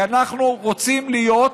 כי אנחנו רוצים להיות,